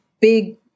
big